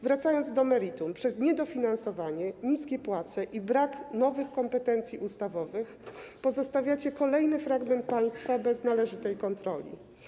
Wracając do meritum, wskutek niedofinansowania, niskich płac i braku nowych kompetencji ustawowych pozostawiacie kolejny fragment państwa bez należytej kontroli.